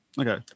Okay